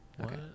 Okay